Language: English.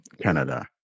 Canada